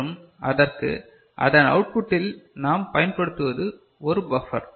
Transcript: மற்றும் அதற்கு அதன் அவுட்புட்டில் நாம் பயன்படுத்துவது ஒரு பஃபர்